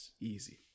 easy